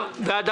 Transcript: מה הוא